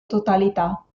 totalità